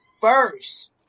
first